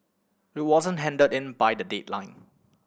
it wasn't handed in by the deadline